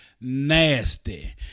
Nasty